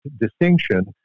distinction